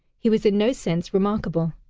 he was in no sense remarkable.